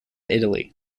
italy